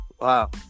Wow